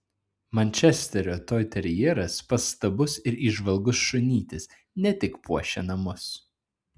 mančesterio toiterjeras pastabus ir įžvalgus šunytis ne tik puošia namus